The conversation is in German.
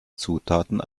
zutaten